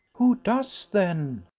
who does, then?